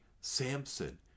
Samson